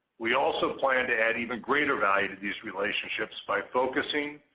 we also plan to add even greater value to these relationships by focusing,